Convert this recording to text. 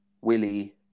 Willie